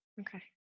okay